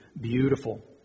beautiful